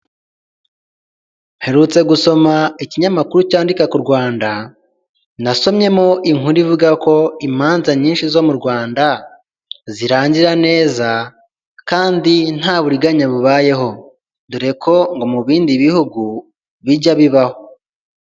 Mperutse gusoma ikinyamakuru cyandika ku Rwanda, nasomyemo inkuru ivuga ko imanza nyinshi zo mu Rwanda, zirangira neza, kandi nta buriganya bubayeho, dore ko ngo mu bindi bihugu bijya bibaho.